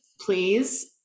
please